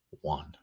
one